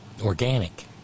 organic